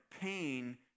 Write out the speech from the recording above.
pain